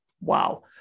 wow